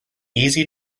easy